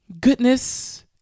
goodness